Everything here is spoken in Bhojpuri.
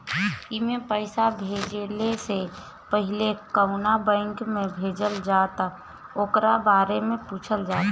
एमे पईसा भेजला से पहिले कवना बैंक में भेजल जाता ओकरा बारे में पूछल जाता